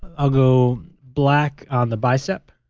i'll go black on the bicep,